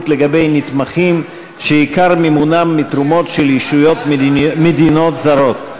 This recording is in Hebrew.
לגבי נתמכים שעיקר מימונם מתרומות של ישויות מדיניות זרות),